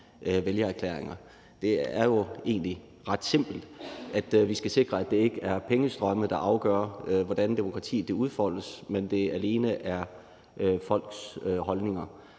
vælgererklæringer. Det er jo egentlig ret simpelt. Vi skal sikre, at det ikke er pengestrømme, der afgør, hvordan demokratiet udfoldes, men at det alene er folks holdninger.